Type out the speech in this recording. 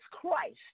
Christ